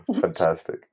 fantastic